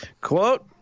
Quote